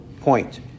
point